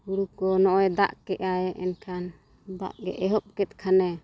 ᱦᱳᱲᱳ ᱠᱚ ᱱᱚᱜᱼᱚᱸᱭ ᱫᱟᱜ ᱠᱮᱜᱼᱟᱭ ᱮᱱᱠᱷᱟᱱ ᱫᱟᱜᱼᱮ ᱮᱦᱚᱵ ᱠᱮᱫ ᱠᱷᱟᱱᱮ